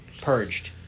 Purged